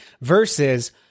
Versus